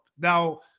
Now